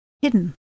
hidden